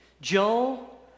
Joel